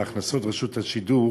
את הכנסות רשות השידור